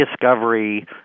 discovery